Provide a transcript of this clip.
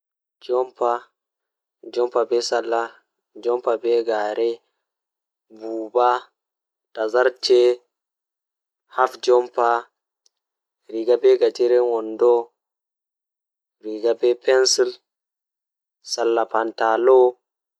Woodi dondobal, woodi domburu, woodi debbo bondi, woodi bondi, woodi pallandi, woodi nyukuyaadere. woodi gilangeeru.